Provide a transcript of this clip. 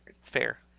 Fair